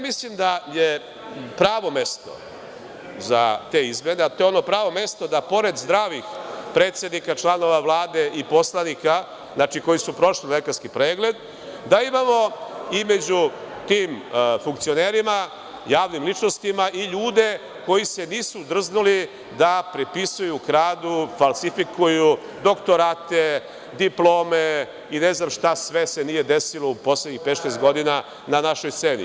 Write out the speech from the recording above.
Mislim da je pravo mesto za te izmene, a to je ono pravo mesto da pored zdravih predsednika, članova Vlade i poslanika, znači koji su prošli lekarski pregled, imamo i među tim funkcionerima, javnim ličnostima i ljude koji se nisu drznuli da prepisuju, kradu, falsifikuju doktorate, diplome i ne znam šta sve se nije desilo u poslednjih pet-šest godina na našoj sceni.